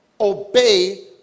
obey